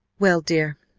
well, dear,